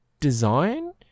design